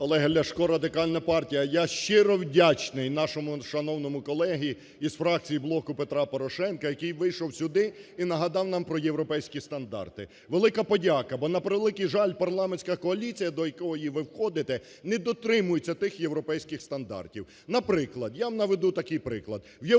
Олег Ляшко, Радикальна партія. Я щиро вдячний нашому шановному колезі з фракції "Блоку Петра Порошенка", який вийшов сюди і нагадав нам про європейські стандарти. Велика подяка! Бо, на превеликий жаль, парламентська коаліція, до якої ви входите, не дотримується тих європейських стандартів. Наприклад, я вам наведу такий приклад.